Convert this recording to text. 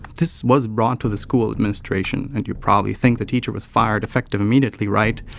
this was brought to the school administration, and you probably think the teacher was fired effective immediately, right?